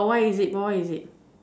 but what is it but what is it